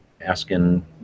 asking